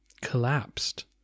collapsed